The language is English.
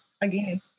again